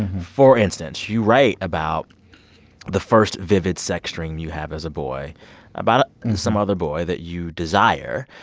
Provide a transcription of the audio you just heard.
for instance, you write about the first vivid sex dream you have as a boy about some other boy that you desire.